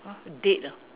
!huh! dead ah